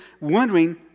wondering